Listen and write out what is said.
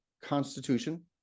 Constitution